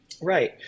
Right